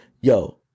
yo